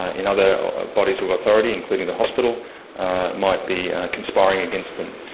ah in other bodies of authority including the hospital might be conspiring against them.